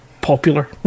popular